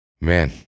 man